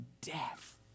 death